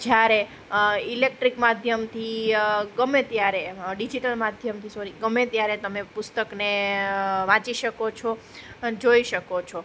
જ્યારે ઈલેક્ટ્રીક માધ્યમથી ગમે ત્યારે ડિજિટલ મધ્યમથી સોરી ગમે ત્યારે તમે પુસ્તકને વાંચી શકો છો અને જોઈ શકો છો